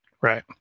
Right